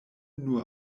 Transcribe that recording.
nur